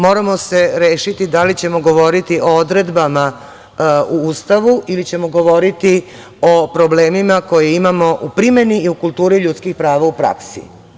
Moramo se rešiti da li ćemo govoriti o odredbama u Ustavu ili ćemo govoriti o problemima koje imamo u primeni i u kulturi ljudskih prava u praksi.